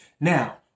Now